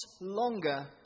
longer